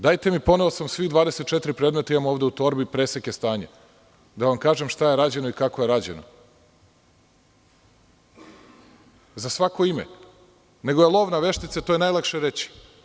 Dajte recite, poneo sam svih 24 predmeta imam ovde u torbi, preseke stanja, da vam kažem šta je rađeno i kako je rađeno, za svako ime nego je lov na veštice jer je to najlakše reći.